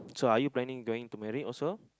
so are you planning going to marry also